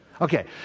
Okay